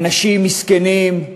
אנשים מסכנים, יחיו,